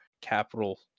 capital